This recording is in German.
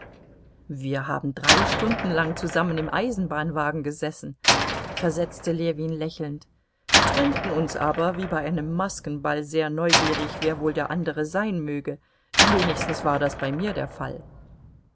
wir haben drei stunden lang zusammen im eisenbahnwagen gesessen versetzte ljewin lächelnd trennten uns aber wie bei einem maskenball sehr neugierig wer wohl der andere sein möge wenigstens war das bei mir der fall